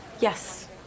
Yes